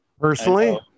Personally